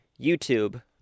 YouTube